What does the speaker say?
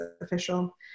Official